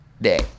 day